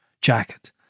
jacket